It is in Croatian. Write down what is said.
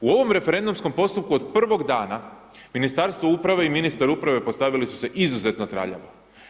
U ovom referendumskom postupku od prvog dana Ministarstvo uprave i ministar uprave postavili su se izuzetno traljavo.